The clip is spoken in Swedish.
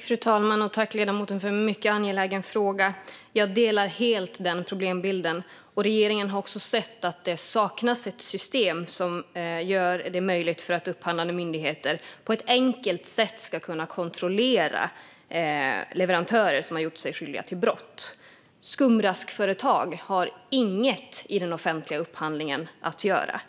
Fru talman! Jag tackar ledamoten för en mycket angelägen fråga. Jag delar helt problembilden. Regeringen har sett att det saknas ett system som gör det möjligt för upphandlande myndigheter att på ett enkelt sätt kontrollera om leverantörer har gjort sig skyldiga till brott. Skumraskföretag har inget i den offentliga upphandlingen att göra.